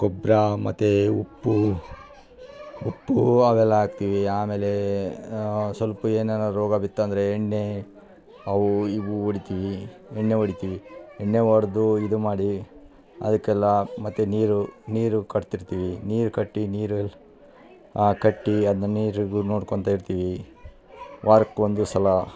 ಗೊಬ್ಬರ ಮತ್ತು ಉಪ್ಪು ಉಪ್ಪು ಅವೆಲ್ಲ ಹಾಕ್ತೀವಿ ಆಮೇಲೇ ಸ್ವಲ್ಪ್ ಏನಾನ ರೋಗ ಬಿತ್ತು ಅಂದರೆ ಎಣ್ಣೆ ಅವು ಇವು ಹೊಡಿತೀವಿ ಎಣ್ಣೆ ಹೊಡಿತೀವಿ ಎಣ್ಣೆ ಹೊಡ್ದು ಇದು ಮಾಡಿ ಅದಕ್ಕೆಲ್ಲ ಮತ್ತು ನೀರು ನೀರು ಕಟ್ತಿರ್ತೀವಿ ನೀರು ಕಟ್ಟಿ ನೀರಲ್ಲಿ ಕಟ್ಟಿ ಅದನ್ನ ನೀರುಗು ನೋಡ್ಕೊತ ಇರ್ತೀವಿ ವಾರಕ್ಕೆ ಒಂದು ಸಲ